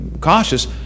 cautious